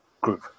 group